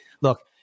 look